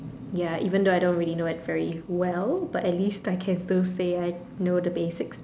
ya even though I don't know it very well but at least I can still say that I know the basics